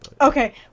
okay